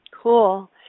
Cool